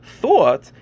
thought